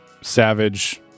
savage